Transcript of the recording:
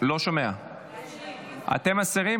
--- אתם מסירים?